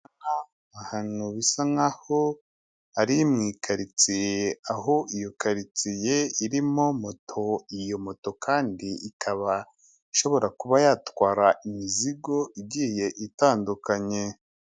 Ahantu bisa nk'aho ari mw'ikaritsiye, aho iyo karitsiye irimo moto, iyo moto kandi ikaba ishobora kuba yatwara imizigo igiye itandukanye.